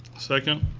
second.